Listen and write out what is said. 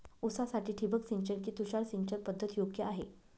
ऊसासाठी ठिबक सिंचन कि तुषार सिंचन पद्धत योग्य आहे?